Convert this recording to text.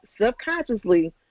subconsciously